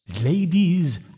Ladies